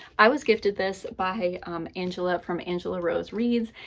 i was gifted this by angela from angela rose reads,